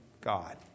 God